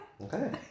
Okay